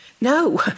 No